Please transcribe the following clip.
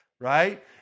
Right